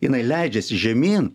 jinai leidžiasi žemyn